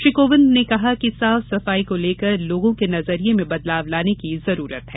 श्री कोविंद ने कहा कि साफ सफाई को लेकर लोगों के नजरिये में बदलाव लाने की जरूरत है